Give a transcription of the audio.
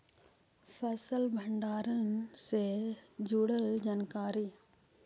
फसल भंडारन से जुड़ल जानकारी?